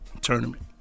tournament